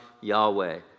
Yahweh